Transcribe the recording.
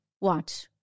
watch